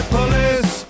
Police